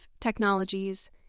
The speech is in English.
technologies